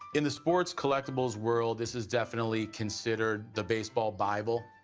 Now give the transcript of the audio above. in the sports collectibles world, this is definitely considered the baseball bible.